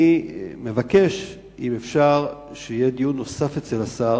אני מבקש אם אפשר שיהיה דיון נוסף אצל השר